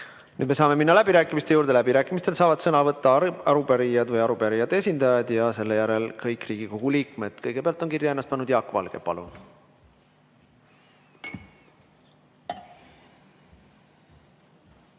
Nüüd me saame minna läbirääkimiste juurde, läbirääkimistel saavad sõna võtta arupärijad või arupärijate esindajad ja selle järel kõik Riigikogu liikmed. Kõigepealt on ennast kirja pannud Jaak Valge. Palun!